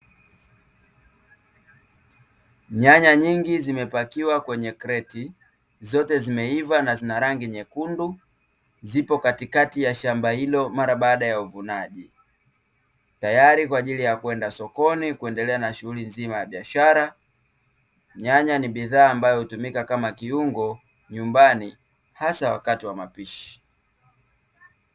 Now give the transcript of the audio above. Nyanya nyingi zimepakiwa kwenye kreti, zote zimeiva na zina rangi nyekundu, zipo katikati ya shamba hilo mara baada ya uvunaji; tayari kwa ajili ya kwenda sokoni kuendelea na shughuli nzima ya biashara. Nyanya ni bidhaa ambayo hutumika kama kiungo nyumbani hasa wakati wa mapishi.